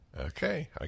Okay